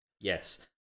yes